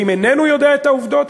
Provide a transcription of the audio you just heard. ואם איננו יודע את העובדות,